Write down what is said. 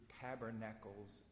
tabernacles